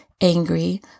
angry